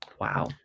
wow